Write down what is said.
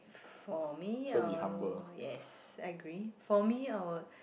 for me I'll yes I agree for me I'll